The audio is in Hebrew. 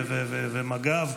ומג"ב,